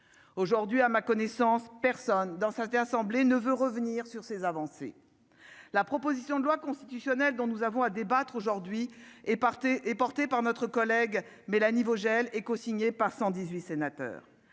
aujourd'hui à ma connaissance personne dans cette assemblée ne veut revenir sur ces avancées, la proposition de loi constitutionnelle dont nous avons à débattre aujourd'hui et partez et porté par notre collègue Mélanie Vogel et co-signé par 118 sénateurs,